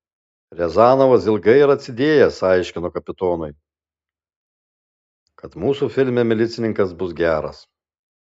riazanovas ilgai ir atsidėjęs aiškino kapitonui kad mūsų filme milicininkas bus geras